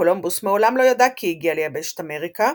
קולומבוס מעולם לא ידע כי הגיע ליבשת אמריקה,